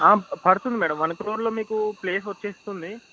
పడుతుంది madam one క్రోర్లో మీకు ప్లేస్ వచ్చేస్తుంది